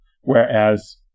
Whereas